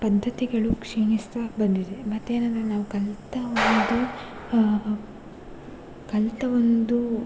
ಪದ್ಧತಿಗಳು ಕ್ಷೀಣಿಸ್ತಾ ಬಂದಿದೆ ಮತ್ತು ಏನಂದರೆ ನಾವು ಕಲಿತ ಒಂದು ಕಲಿತ ಒಂದು